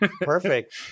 Perfect